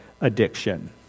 addiction